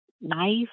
knife